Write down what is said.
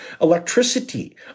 electricity